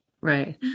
Right